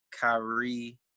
Kyrie